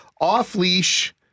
off-leash